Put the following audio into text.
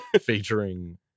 Featuring